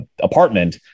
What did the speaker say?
apartment